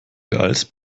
beeilst